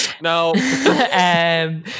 no